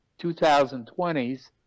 2020s